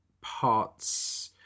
parts